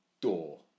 door